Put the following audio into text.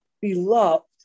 beloved